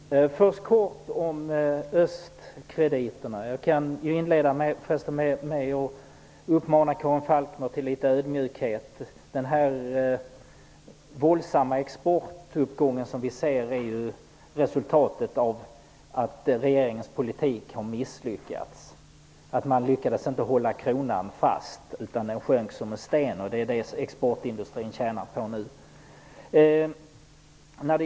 Herr talman! Först kort om östkrediterna. Jag vill inleda med uppmana Karin Falkmer till litet ödmjukhet. Den våldsamma exportuppgång som vi nu ser är ju resultatet av att regeringens politik har misslyckats. Man lyckades inte hålla kronan fast, utan den sjönk som en sten. Det är det som exportindustrin nu tjänar på.